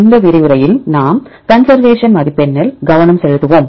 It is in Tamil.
இந்த விரிவுரையில் நாம் கன்சர்வேஷன் மதிப்பெண்ணில் கவனம் செலுத்துவோம்